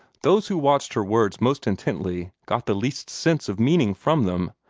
those who watched her words most intently got the least sense of meaning from them.